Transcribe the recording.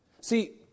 See